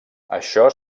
això